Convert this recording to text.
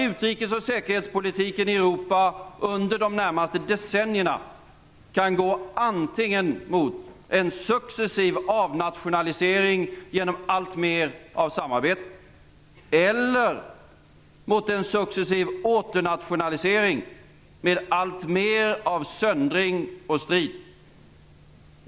Utrikes och säkerhetspolitiken i Europa kan nämligen under de närmaste decennierna gå antingen mot en successiv avnationalisering genom alltmer av samarbete eller mot en successiv åternationalisering med alltmer av söndring och strid.